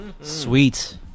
Sweet